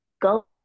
go